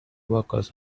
workers